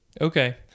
Okay